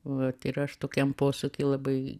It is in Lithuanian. vat ir aš tokiam posūky labai